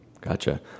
Gotcha